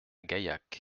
gaillac